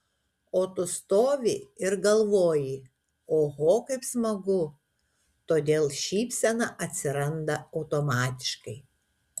o tu stovi ir galvoji oho kaip smagu todėl šypsena atsiranda automatiškai